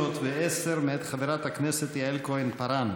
,510 מאת חברת הכנסת יעל כהן-פארן.